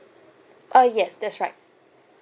uh yes that's right